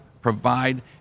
provide